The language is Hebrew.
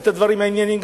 גם את הדברים הענייניים,